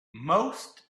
most